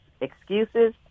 excuses